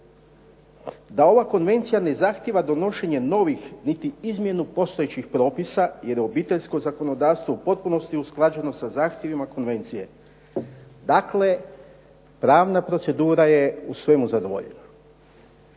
da ova konvencija ne zahtijeva donošenje novih niti izmjenu postojećih propisa jer je obiteljsko zakonodavstvo u potpunosti usklađeno sa zahtjevima konvencije. Dakle, pravna procedura je u svemu zadovoljena.